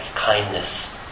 kindness